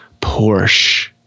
Porsche